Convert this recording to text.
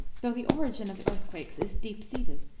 though the origin of earthquakes is deep-seated,